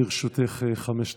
לרשותך חמש דקות.